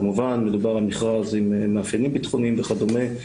כמובן מדובר על מכרז עם מאפיינים ביטחוניים וכדומה,